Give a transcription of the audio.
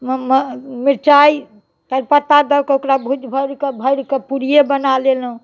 मिरचाइ तैजपत्ता दऽ कऽ ओकरा भुजि भाजिके भरिके पुड़िए बना लेलहुँ